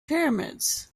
pyramids